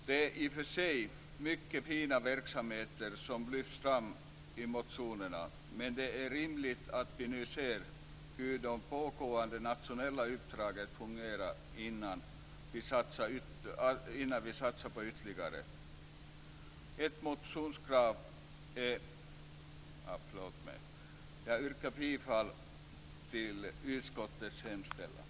Det är i och för sig mycket fina verksamheter som lyfts fram i motionerna, men det är rimligt att vi nu ser hur de pågående nationella uppdragen fungerar innan vi satsar på ytterligare. Jag yrkar bifall till utskottets hemställan.